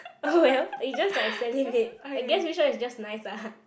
oh well it's just like salivate I guess which one is just nice ah